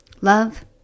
Love